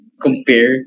compare